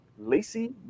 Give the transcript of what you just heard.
Lacey